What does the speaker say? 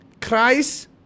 Christ